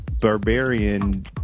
barbarian